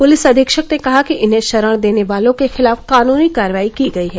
police अधीक्षक ने कहा कि इन्हें शरण देने वालों के खिलाफ कानूनी कार्रवाई की गयी है